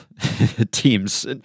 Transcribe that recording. teams